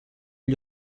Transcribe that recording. gli